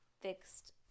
Fixed